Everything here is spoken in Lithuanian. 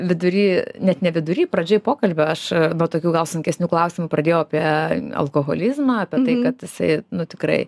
vidury net ne vidury pradžioj pokalbio aš nuo tokių gal sunkesnių klausimų pradėjau apie alkoholizmą apie tai kad jisai nu tikrai